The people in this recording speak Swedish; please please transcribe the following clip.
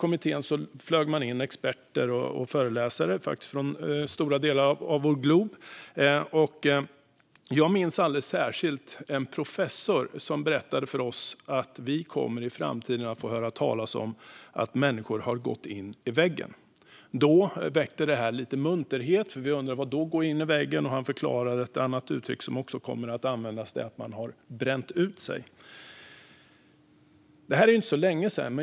Kommittén flög in experter och föreläsare från många delar av vår glob, och jag minns alldeles särskilt en professor som berättade för oss att vi i framtiden skulle få höra talas om att människor gått in i väggen. Det här väckte då lite munterhet, och vi undrade: Vadå gå in i väggen? Han förklarade det och berättade också om ett annat uttryck som han menade skulle användas, nämligen att man bränt ut sig. Det här är inte så länge sedan.